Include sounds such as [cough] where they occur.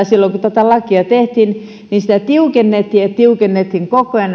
[unintelligible] silloin kun tätä lakia tehtiin sitä tiukennettiin ja näitä taksisäädöksiä tiukennettiin koko ajan [unintelligible]